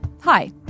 Hi